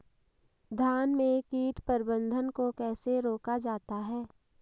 धान में कीट प्रबंधन को कैसे रोका जाता है?